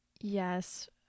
Yes